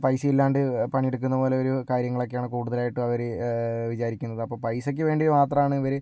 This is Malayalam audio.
പൈസ ഇല്ലാണ്ട് പണിയെടുക്കുന്ന പോലെ ഒരു കാര്യങ്ങളൊക്കെയാണ് കൂടുതലായിട്ട് അവര് വിചാരിക്കുന്നത് അപ്പോൾ പൈസയ്ക്ക് വേണ്ടി മാത്രമാണ് ഇവര്